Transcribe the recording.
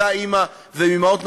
מאותה אימא ומאימהות נוספות,